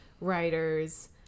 writers